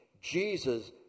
Jesus